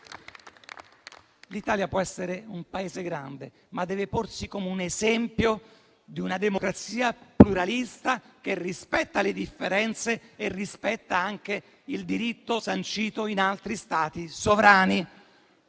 L'Italia può essere un Paese grande, ma deve porsi come esempio di una democrazia pluralista che rispetta le differenze e rispetta anche il diritto sancito in altri Stati sovrani.